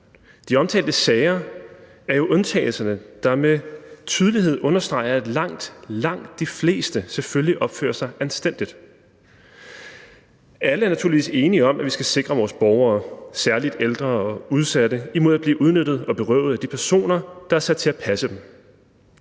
De omtalte sager er jo undtagelserne, der med al tydelighed understreger, at langt, langt de fleste selvfølgelig opfører sig anstændigt. Alle er således enige om, at vi skal sikre vores borgere, særlig ældre og udsatte, imod at blive udnyttet og berøvet af de personer, der er sat til at passe dem.